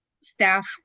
staff